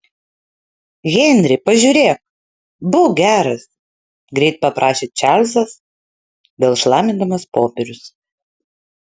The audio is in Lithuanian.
henri pažiūrėk būk geras greit paprašė čarlzas vėl šlamindamas popierius